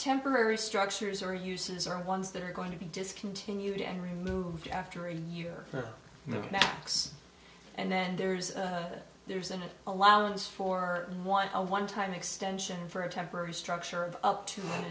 temporary structures or uses are ones that are going to be discontinued and removed after a year max and then there's there's an allowance for one a one time extension for a temporary structure of up to a